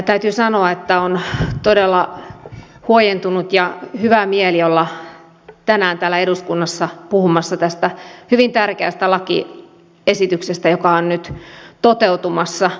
täytyy sanoa että on todella huojentunut ja hyvä mieli olla tänään täällä eduskunnassa puhumassa tästä hyvin tärkeästä lakiesityksestä joka on nyt toteutumassa